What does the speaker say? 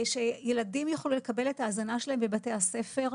שילדים יוכלו לקבל את ההזנה שלהם בבתי הספר.